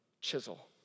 chisel